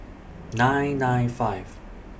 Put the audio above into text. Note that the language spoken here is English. nine nine five